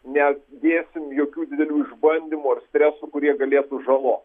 nedėsim jokių didelių išbandymų ar stresų kurie galėtų žalo